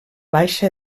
baixa